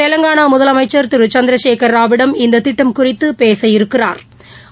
தெலங்கானாமுதலமைச்சா் திருசந்திரசேகா் ராவிடம் இந்ததிட்டம் குறித்துபேச இருக்கிறாா்